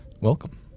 Welcome